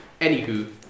Anywho